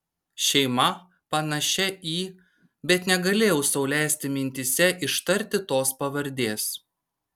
šeima panašia į bet negalėjau sau leisti mintyse ištarti tos pavardės